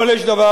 אבל יש דבר